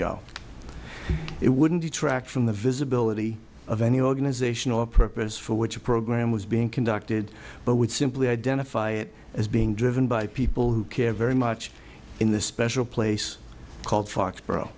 go it wouldn't detract from the visibility of any organization or purpose for which a program was being conducted but would simply identify it as being driven by people who care very much in the special place called foxboro